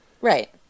Right